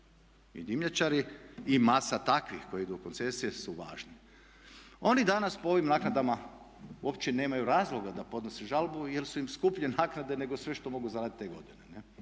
ni dimnjačari i masa takvih koji idu u koncesije su važni. Oni danas po ovim naknadama uopće nemaju razloga da podnose žalbu, jer su im skuplje naknade nego sve što mogu zaraditi te godine,